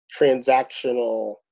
transactional